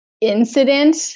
incident